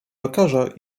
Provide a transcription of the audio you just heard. lekarza